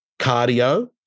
cardio